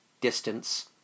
distance